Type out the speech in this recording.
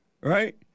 Right